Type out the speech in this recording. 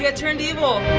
ah turned evil.